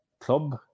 club